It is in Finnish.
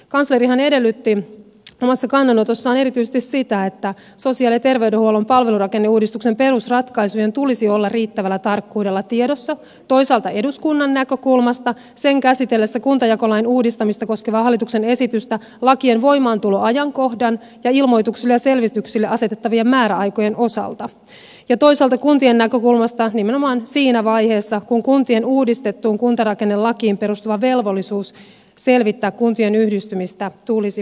kanslerihan edellytti omassa kannanotossaan erityisesti sitä että sosiaali ja terveydenhuollon palvelurakenneuudistuksen perusratkaisujen tulisi olla riittävällä tarkkuudella tiedossa toisaalta eduskunnan näkökulmasta sen käsitellessä kuntajakolain uudistamista koskevaa hallituksen esitystä lakien voimaantuloajankohdan ja ilmoituksille ja selvityksille asetettavien määräaikojen osalta ja toisaalta kuntien näkökulmasta nimenomaan siinä vaiheessa kun kuntien uudistettuun kuntarakennelakiin perustuva velvollisuus selvittää kuntien yhdistymistä tulisi voimaan